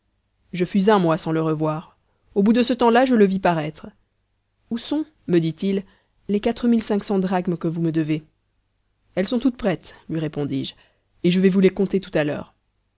je fus un mois sans le revoir au bout de ce temps-là je le vis paraître où sont me dit-il les quatre mille cinq cents drachmes que vous me devez elles sont toutes prêtes lui répondis-je et je vais vous les compter tout à l'heure